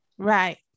right